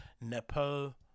nepo